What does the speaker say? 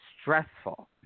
stressful